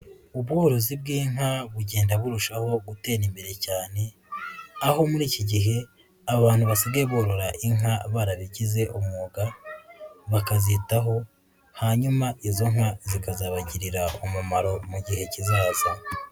Ubworozi bw'inka bugenda burushaho gutera imbere cyane, aho muri iki gihe abantu basigaye barora inka barabigize umwuga, bakazitaho hanyuma izo nka zikazabagirira umumaro mu gihe kizaza.